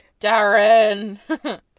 Darren